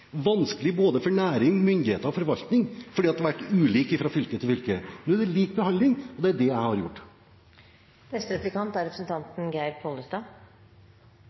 vanskelig for både næring, myndigheter og forvaltning, fordi den har vært ulik fra fylke til fylke. Nå er det lik behandling, og det er det jeg har gjort. Det med mest innhald i Fiskarlagets innspel er